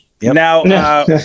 Now